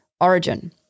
origin